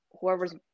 whoever's